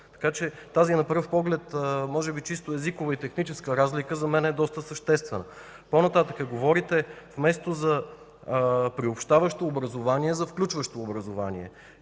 Така че тази така на пръв поглед може би чисто езикова и техническа разлика за мен е доста съществена. По-нататък говорите вместо за „приобщаващо образование” за „включващо образование”.